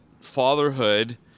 fatherhood